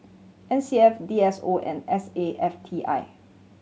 N C F D S O and S A F T I